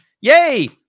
yay